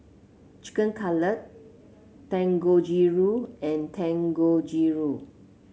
Chicken Cutlet Dangojiru and Dangojiru